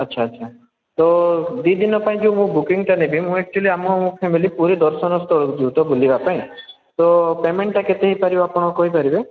ଆଚ୍ଛା ଆଚ୍ଛା ତ ଦୁଇ ଦିନ ପାଇଁ ଯେଉଁ ମୁଁ ବୁକିଂଟା ନେବି ମୁଁ ଆକ୍ଚୌଲି ଆମ ଫ୍ୟାମିଲି ପୁରୀ ଦର୍ଶନ ସ୍ଥଳକୁ ଯିବୁ ତ ବୁଲିବା ପାଇଁ ତ ପେମେଣ୍ଟ୍'ଟା କେତେ ହେଇପାରିବ ଆପଣ କହିପାରିବେ